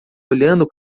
olhando